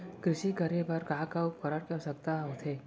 कृषि करे बर का का उपकरण के आवश्यकता होथे?